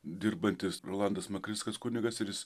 dirbantis rolandas makrickas kunigas ir jis